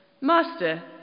Master